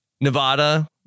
Nevada